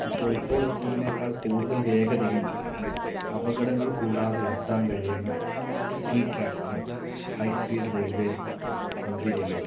അപ്പോൾ ഇപ്പോൾ എത്തുന്നതിനേക്കാൾ കൂടുതൽ വേഗതയിൽ അപകടങ്ങൾ കൂടാതെ എത്താൻ കഴിയുന്ന സ്പീഡ് ട്രാക്കുകൾ ഹൈ സ്പീഡ് റെയിൽവേ സൗകര്യങ്ങൾ